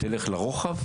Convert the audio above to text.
תלך לרוחב,